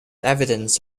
evidence